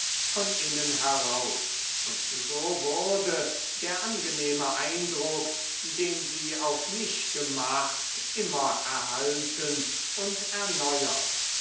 von innen heraus und so wurde der angenehme eindruck den sie auf mich gemacht immer erhalten und erneuert